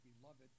beloved